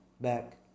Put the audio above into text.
back